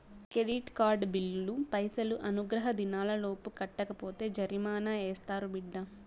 credit card బిల్లులు పైసలు అనుగ్రహ దినాలలోపు కట్టకపోతే జరిమానా యాస్తారు బిడ్డా